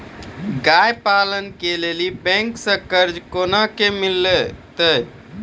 गाय पालन के लिए बैंक से कर्ज कोना के मिलते यो?